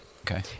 Okay